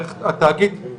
בקשה, שם ותפקיד.